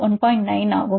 9 ஆகும்